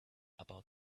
about